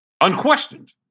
Unquestioned